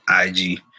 IG